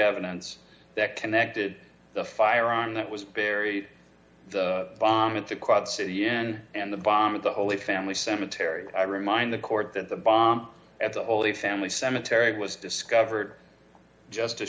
evidence that connected the firearm that was buried the bomb at the quad city and the bomb at the holy family cemetery i remind the court that the bomb at the holy family cemetery was discovered just a